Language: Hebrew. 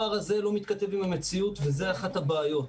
הפער הזה לא מתכתב עם המציאות וזה אחת הבעיות.